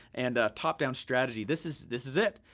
and top-down strategy, this is this is it.